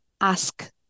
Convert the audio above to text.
ask